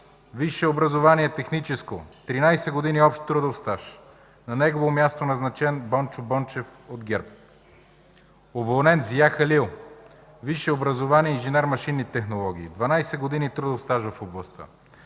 Висше образование – техническо, 13 години общ трудов стаж. На нейно място е назначен Бончо Бончев от ГЕРБ. Уволнен: Зиа Халил. Висше образование – инженер машинни технологии, 12 години трудов стаж в областта.